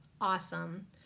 Awesome